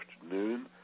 afternoon